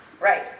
Right